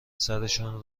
سرشون